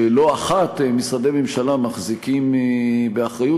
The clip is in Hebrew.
שלא אחת משרדי ממשלה מחזיקים באחריות